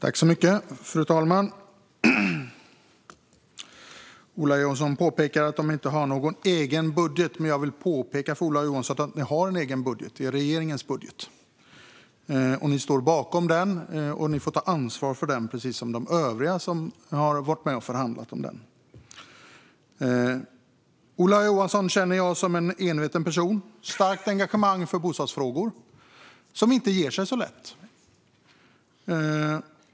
Fru talman! Ola Johansson påpekar att Centerpartiet inte har någon egen budget. Jag vill påpeka för Ola Johansson att ni har en egen budget. Det är regeringens budget. Ni står bakom den, och ni får ta ansvar för den precis som övriga som har varit med och förhandlat om den. Jag känner Ola Johansson som en enveten person som har starkt engagemang för bostadsfrågor och inte ger sig så lätt.